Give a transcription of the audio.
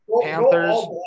Panthers